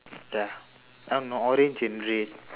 ya I don't know orange and red